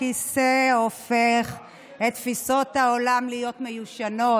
הכיסא הופך את תפיסות העולם להיות מיושנות.